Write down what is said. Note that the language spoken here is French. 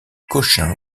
cochin